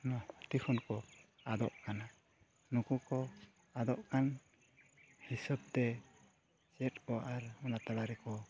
ᱱᱚᱱᱛᱮ ᱠᱷᱚᱱ ᱠᱚ ᱟᱫᱚᱜ ᱠᱟᱱᱟ ᱱᱩᱠᱩ ᱠᱚ ᱟᱫᱚᱜ ᱠᱟᱱ ᱦᱤᱥᱟᱹᱵᱽ ᱛᱮ ᱪᱮᱫ ᱟᱨ ᱚᱱᱟ ᱛᱟᱞᱟ ᱨᱮᱠᱚ